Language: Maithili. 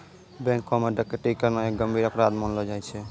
बैंको म डकैती करना एक गंभीर अपराध मानलो जाय छै